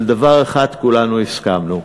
על דבר אחד כולנו הסכמנו: